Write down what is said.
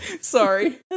Sorry